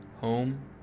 Home